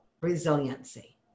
resiliency